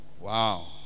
wow